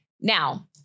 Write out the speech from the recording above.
Now